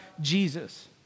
Jesus